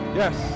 yes